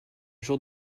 jour